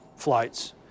flights